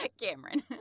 Cameron